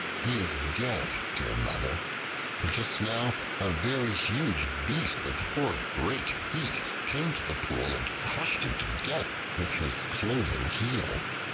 he is dead, dear mother for just now a very huge beast with four great feet came to the pool and crushed him to death with his cloven heel.